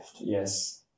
Yes